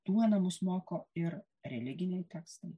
duona mus moko ir religiniai tekstai